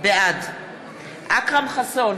בעד אכרם חסון,